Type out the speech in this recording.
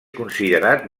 considerat